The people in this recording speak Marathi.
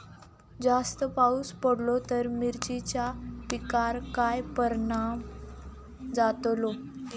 जास्त पाऊस पडलो तर मिरचीच्या पिकार काय परणाम जतालो?